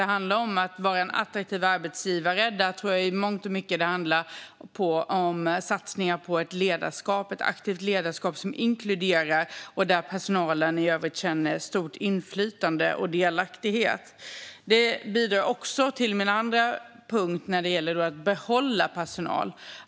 Det handlar om att vara en attraktiv arbetsgivare, och där tror jag att det i mångt och mycket handlar om satsningar på ett aktivt ledarskap som inkluderar och där personalen i övrigt känner ett stort inflytande och en delaktighet. Det bidrar också till min andra punkt, när det gäller att behålla personal.